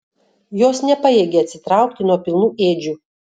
jos nepajėgė atsitraukti nuo pilnų ėdžių